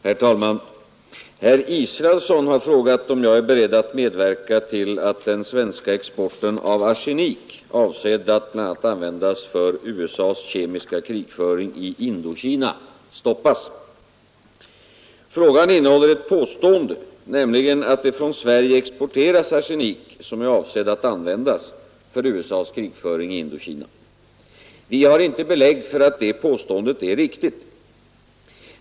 Herr talman! Herr Israelsson har frågat om jag är beredd att medverka till att den svenska exporten av arsenik avsedd att bl.a. användas för USA s kemiska krigföring i Indokina stoppas. Frågan innehåller ett påstående, nämligen att det från Sverige exporteras arsenik som är avsedd att användas för USA:s krigföring i Indokina. Vi har inte belägg för att det påståendet är riktigt.